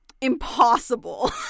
impossible